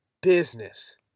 business